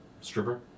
stripper